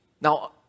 Now